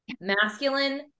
masculine